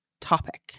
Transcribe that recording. topic